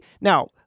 Now